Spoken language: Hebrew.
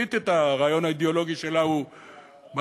שמשתית את הרעיון האידאולוגי שלה הוא מלבוש,